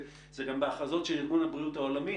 זה גם בהכרזות של ארגון הבריאות העולמי,